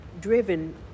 driven